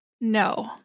No